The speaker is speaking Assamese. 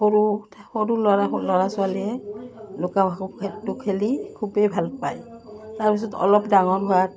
সৰু সৰু ল'ৰা ল'ৰা ছোৱালীয়ে লুকাভাকু খেলটো খেলি খুবেই ভাল পায় তাৰপিছত অলপ ডাঙৰ হোৱাত